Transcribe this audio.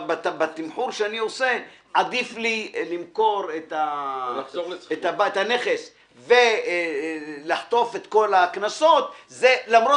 בתמחור שעדיף לו למכור את הנכס ולקבל את הקנסות זה למרות